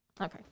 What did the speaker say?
Okay